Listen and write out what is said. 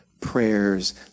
prayers